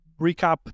recap